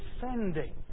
defending